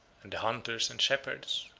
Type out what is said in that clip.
and the hunters and shepherds,